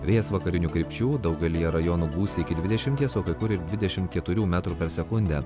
vėjas vakarinių krypčių daugelyje rajonų gūsiai iki dvidešimties o kai kur ir dvidešimt keturių metrų per sekundę